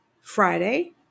Friday